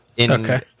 Okay